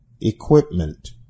equipment